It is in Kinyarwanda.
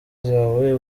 zawe